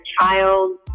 child